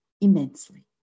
immensely